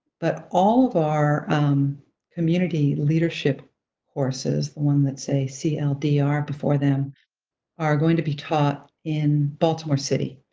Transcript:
but all of our community leadership courses, the ones that say cldr before them are going to be taught in baltimore city.